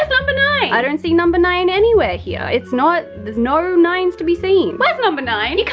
ah number nine? i don't see number nine anywhere here. it's not, there's no nines to be seen. where's number nine?